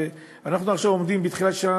ואנחנו עכשיו עומדים בתחילת שנה,